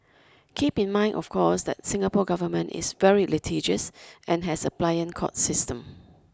keep in mind of course that Singapore government is very litigious and has a pliant court system